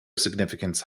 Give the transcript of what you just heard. significance